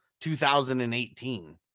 2018